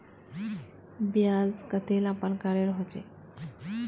ब्याज कतेला प्रकारेर होचे?